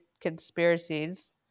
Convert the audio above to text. conspiracies